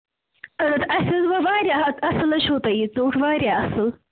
اَہَن حظ اَسہِ حظ وۄنۍ واریاہ اَصٕل حظ چھُو تۄہہِ یہِ ژوٚٹھ واریاہ اَصٕل